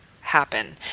happen